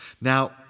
Now